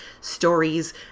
stories